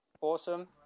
Awesome